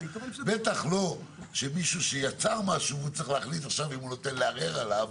בטח לא שמישהו שיצר משהו הוא צריך להחליט עכשיו אם הוא נותן לערר עליו.